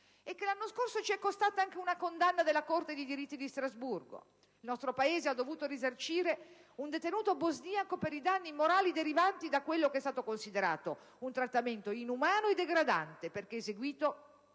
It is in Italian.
e che l'anno scorso ci è costata anche una condanna della Corte europea dei diritti di Strasburgo. Il nostro Paese ha dovuto risarcire un detenuto bosniaco per i danni morali derivanti da quello che è stato considerato un trattamento inumano e degradante, perché è stato